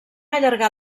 allargar